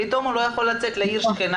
פתאום הוא לא יכול לצאת לעיר השכנה